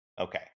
Okay